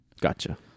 gotcha